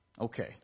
Okay